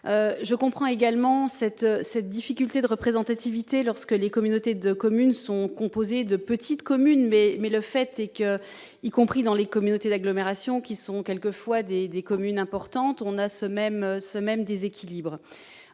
Je comprends la difficulté de représentativité lorsque les communautés de communes sont composées de petites communes, mais le fait est que l'on constate dans les communautés d'agglomération, qui sont quelquefois importantes, ce même déséquilibre.